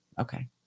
Okay